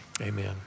amen